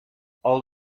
all